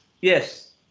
Yes